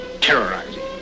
terrorizing